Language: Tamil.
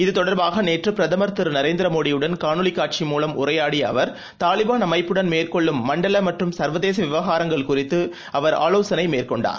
இதுதொடர்பாக நரேந்திரமோடியுடனங காணொலிகாட்சி திரு மூலம் உரையாடியஅவர் தாலிபள் அமைப்புடன் மேற்கோள்ளும் மண்டலமற்றும் சர்வதேசவிவகாரங்கள் குறித்துஅவர் ஆலோசனைமேற்கொண்டார்